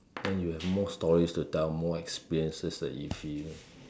then you have more stories to tell more experiences that you feel